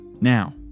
Now